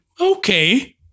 Okay